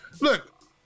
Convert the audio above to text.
Look